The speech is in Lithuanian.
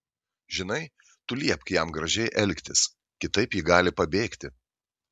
žinai tu liepk jam gražiai elgtis kitaip ji gali pabėgti